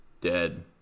dead